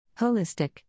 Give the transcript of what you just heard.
Holistic